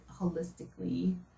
holistically